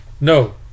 no